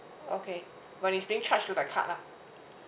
okay but it's being charged through to the card lah